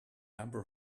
number